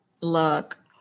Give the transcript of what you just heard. Look